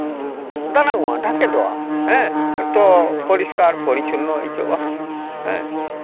ᱫᱟᱱᱟᱝᱚᱜᱼᱟ ᱰᱷᱟᱠᱮᱫᱚᱜᱼᱟ ᱦᱮᱸ ᱛᱚ ᱯᱚᱨᱤᱥᱠᱟᱨ ᱯᱚᱨᱤᱪᱷᱚᱱᱱᱚ ᱟᱹᱭᱠᱟᱹᱣᱚᱜᱼᱟ ᱦᱮᱸ